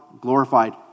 glorified